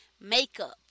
makeup